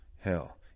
Hell